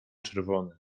czerwony